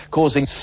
causing